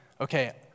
okay